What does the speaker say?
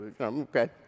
okay